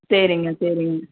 சரிங்க சரிங்க